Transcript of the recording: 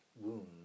wound